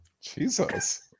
Jesus